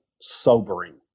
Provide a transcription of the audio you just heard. sobering